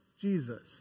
Jesus